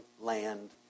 land